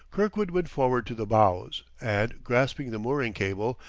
kirkwood went forward to the bows, and, grasping the mooring cable,